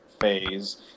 phase